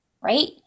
right